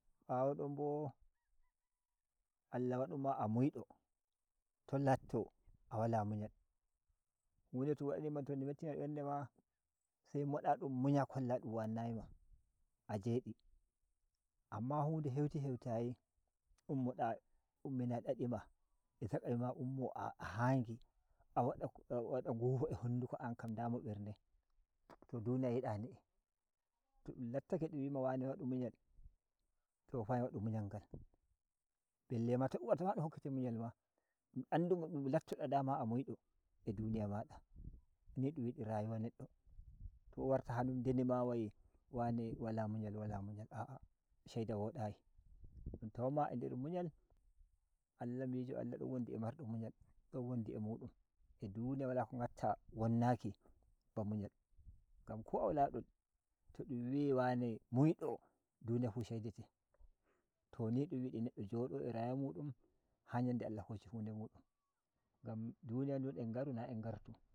Bawo don bo Allah wadu ma a muido to latto a wala munyal hu nde to dun wadam ma nde mettini ma ber nde ma se mo da dum munya kola dun wannyi ma a je di amma hu nde heuti heutayi ummɗoa ummina dadi ma a zakamima ummo ah aha ngi a wada ngufo a handuko an kam nda mo ber nde to duniya yida ni’I to dun lattake dun wima wane wadu munyal to fa wadu munyal ngal belle ma to dun warta ma dun hokkete munyal ma dun anduma latto da dama a muido a duniya mad ani dun yidi rayuwa neddo ta warti ha nyum ndeni ma wai wane wala munyal wala munyal a’a shaida wodayi dun tawu ma a nder munyal Annabijo Allah don wondi a mardo mun’yal a duniya wala ko ngatta wonnaki bamuyal ngan ko a wala don dun wi’ai wane muido duniya fu sheidete to ni dun yidi neddo jodo a rayuwa mu dum ha ‘nyande Allah hshi hu nde mu dum ngan duniya dun en ngani na en ngartu.